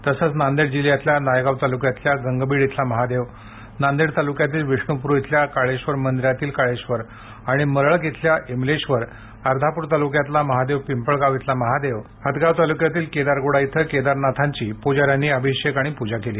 तसेच नांदेड जिल्ह्यातल्या नायगाव तालुक्यातील गंगबीड इथला महादेव नांदेड तालुक्यातील विष्णुपूरी इथल्या काळेश्वळ मंदीरात काळेश्वर आणि मरळक इथल्या ईमलेश्वर अर्धापूर तालूक्यातील महादेव पिंपळगाव इथला महादेव हदगाव तालूक्यातील केदारगुडा इथे केदारनाथांची पुजाऱ्यांनी अभिषेक पुजा अर्चा केली